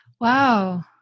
wow